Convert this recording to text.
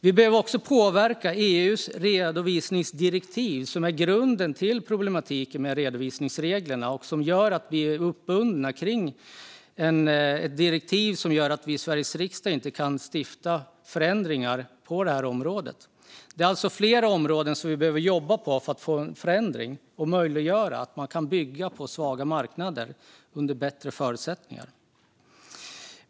Vi behöver också påverka EU:s redovisningsdirektiv, som är grunden till problematiken med redovisningsreglerna. Vi är bundna till ett direktiv som gör att vi i Sveriges riksdag inte kan stifta lagar om förändringar på detta område. Det är alltså flera områden som vi behöver jobba med för att få en förändring och möjliggöra så att man kan bygga på svaga marknader under bättre förutsättningar. Fru talman!